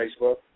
Facebook